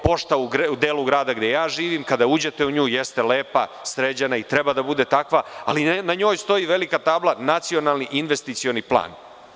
Pošta u delu grada gde ja živim, kada uđete u nju jeste lepa, sređena, i treba da bude takva, ali na njoj stoji velika tabla – Nacionalni investicioni plan.